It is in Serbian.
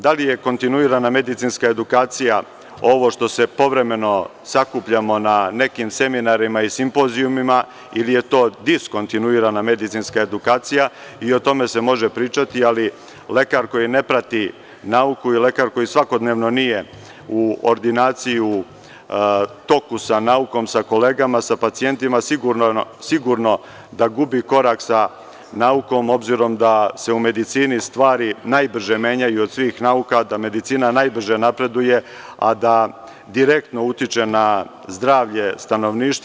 Da li je kontinuirana medicinska edukacija ovo što se povremeno sakupljamo na nekim seminarima i simpozijumima ili je to diskontinuirana medicinska edukacija i o tome se može pričati, ali lekar koji ne prati nauku i lekar koji svakodnevno nije u ordinaciji u toku sa naukom, sa kolegama, sa pacijentima, sigurno da gubi korak sa naukom, obzirom da se u medicini stvari najbrže menjaju od svih nauka, da medicina najbrže napreduje, a da direktno utiče na zdravlje stanovništva.